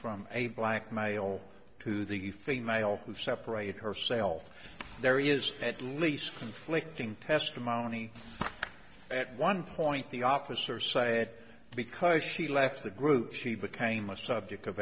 from a black male to the female who separated herself there is at least conflicting testimony at one point the officer said because she left the group she became a subject of